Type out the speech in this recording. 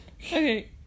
okay